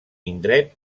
indret